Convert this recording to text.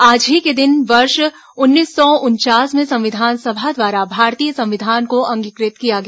आज ही के दिन वर्ष उन्नीस सौ उनचास में संविधान सभा द्वारा भारतीय संविधान को अंगीकृत किया गया